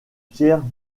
pierre